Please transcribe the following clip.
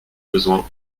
besoin